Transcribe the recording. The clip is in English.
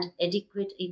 adequate